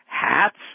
hats